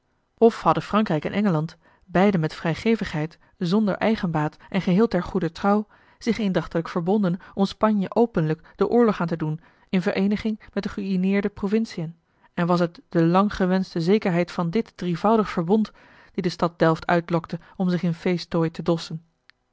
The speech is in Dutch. of hadden frankrijk en engeland beiden met vrijgevigheid zonder eigenbaat en geheel ter goeder trouw zich eendrachtelijk verbonden om spanje openlijk den oorlog aan te doen in vereeniging met de geünieerde provinciën en was het de lang gewenschte zekerheid van dit drievoudig verbond die de stad delft uitlokte om zich in feestdooi te dossen